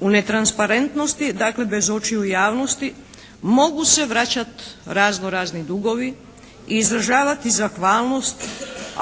U netransparentnosti dakle bez očiju javnosti mogu se vraćat razno-razni dugovi i izražavati zahvalnost,